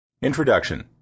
introduction